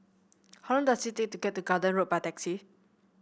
how long does it take to get to Garden Road by taxi